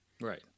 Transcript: right